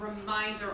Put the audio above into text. reminder